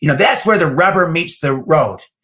you know that's where the rubber meets the road.